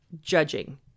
judging